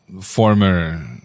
former